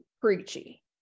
preachy